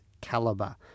caliber